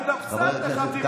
חבר הכנסת כץ.